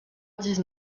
dix